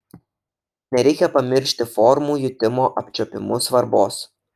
nereikia pamiršti formų jutimo apčiuopimu svarbos